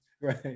Right